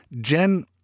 Jen